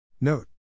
Note